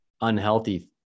unhealthy